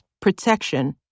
protection